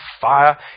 fire